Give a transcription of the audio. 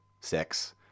sex